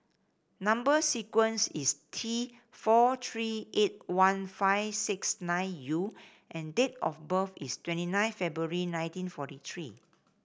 number sequence is T four three eight one five six nine U and date of birth is twenty nine February nineteen forty three